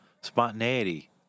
spontaneity